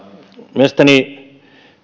mielestäni